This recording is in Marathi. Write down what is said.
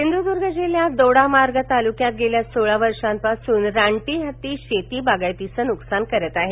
सिंधुदुर्ग जिल्ह्यात दोडामार्ग तालुक्यात गेल्या सोळा वर्षापासून रानटी हत्तीं शेती बागायतीचं नुकसान करत आहेत